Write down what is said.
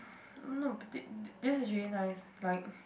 no but did this is very nice like